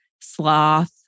sloth